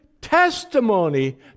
testimony